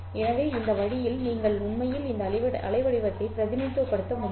எனவே இந்த வழியில் நீங்கள் உண்மையில் இந்த அலைவடிவத்தை பிரதிநிதித்துவப்படுத்த முடியும்